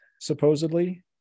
supposedly